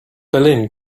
berlin